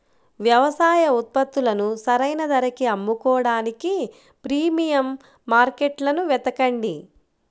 వ్యవసాయ ఉత్పత్తులను సరైన ధరకి అమ్ముకోడానికి ప్రీమియం మార్కెట్లను వెతకండి